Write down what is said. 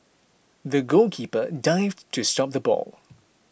the goalkeeper dived to stop the ball